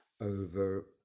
over